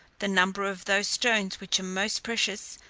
the number of those stones which are most precious,